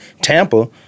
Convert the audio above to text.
Tampa